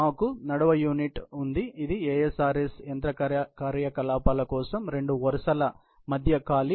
మాకు నడవ యూనిట్ ఉంది ఇది ASRS యంత్ర కార్యకలాపాల కోసం రెండు వరుసల మధ్య ఖాళీ